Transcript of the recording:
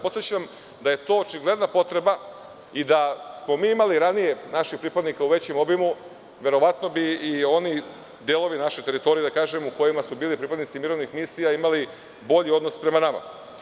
Podsećam vas da je to očigledna potreba i da smo imali ranije naših pripadnika u većem obimu verovatno bi oni delovi naše teritorije u kojima su bili pripadnici mirovnih misija imali bolji odnos prema nama.